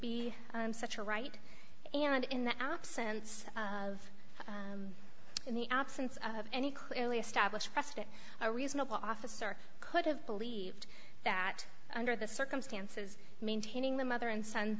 be such a right and in the absence of in the absence of any clearly established pressed it a reasonable officer could have believed that under the circumstances maintaining the mother and son